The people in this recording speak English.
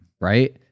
right